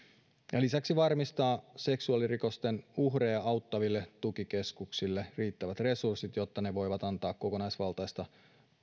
ja lisäksi varmistaa seksuaalirikosten uhreja auttaville tukikeskuksille riittävät resurssit jotta ne voivat antaa kokonaisvaltaista